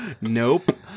Nope